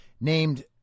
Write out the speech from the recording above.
named